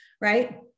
right